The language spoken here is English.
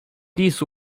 these